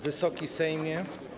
Wysoki Sejmie!